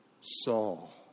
Saul